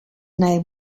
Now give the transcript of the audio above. name